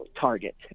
target